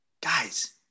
Guys